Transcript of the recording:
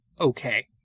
okay